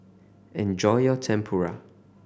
enjoy your Tempura